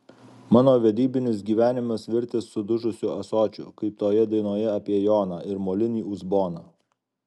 mano vedybinis gyvenimas virtęs sudužusiu ąsočiu kaip toje dainoje apie joną ir molinį uzboną